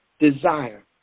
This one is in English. desire